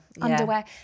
Underwear